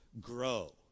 Grow